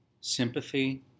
sympathy